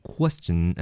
Question